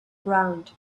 ground